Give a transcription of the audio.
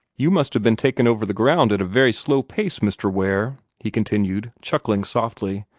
you must have been taken over the ground at a very slow pace, mr. ware, he continued, chuckling softly,